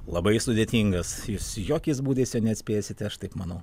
labai sudėtingas jūs jokiais būdais jo neatspėsite aš taip manau